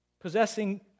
Possessing